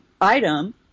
item